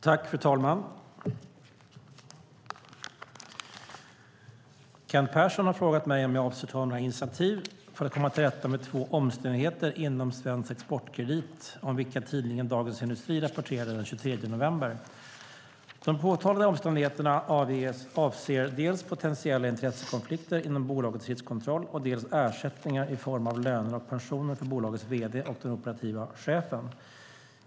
Fru talman! Kent Persson har frågat mig om jag avser att ta något initiativ för att komma till rätta med två omständigheter inom Svensk Exportkredit om vilka tidningen Dagens Industri rapporterade den 23 november. De påtalade omständigheterna avser dels potentiella intressekonflikter inom bolagets riskkontroll dels ersättningar i form av löner och pensioner för bolagets vd och den operative chefen.